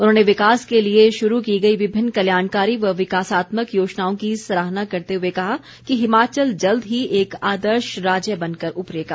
उन्होंने विकास के लिए शुरू की गई विभिन्न कल्याणकारी व विकासात्मक योजनाओं की सराहना करते हुए कहा कि हिमाचल जल्द ही एक आदर्श राज्य बनकर उभरेगा